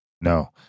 No